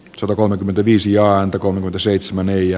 satakolmekymmentäviisi ääntä kun veto seitsemän neljä